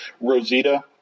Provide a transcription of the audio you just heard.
Rosita